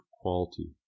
quality